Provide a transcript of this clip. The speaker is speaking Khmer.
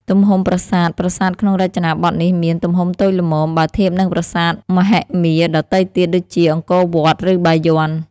ទំហំប្រាសាទ ប្រាសាទក្នុងរចនាបថនេះមាន ទំហំតូចល្មម បើធៀបនឹងប្រាសាទមហិមាដទៃទៀតដូចជា អង្គរវត្ត ឬបាយ័ន។